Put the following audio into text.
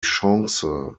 chance